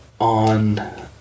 on